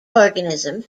organisms